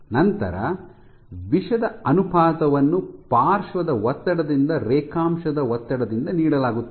ನಂತರ ವಿಷದ ಅನುಪಾತವನ್ನು ಪಾರ್ಶ್ವದ ಒತ್ತಡದಿಂದ ರೇಖಾಂಶದ ಒತ್ತಡದಿಂದ ನೀಡಲಾಗುತ್ತದೆ